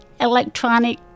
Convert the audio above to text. electronic